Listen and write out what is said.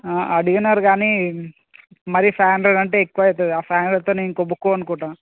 అడిగినారు కానీ మరీ ఫైవ్ హండ్రెడ్ అంటే ఎక్కువ అవుతుంది ఫైవ్ హండ్రెడ్తో నే ఇంకో బుక్ కొనుక్కుంటాను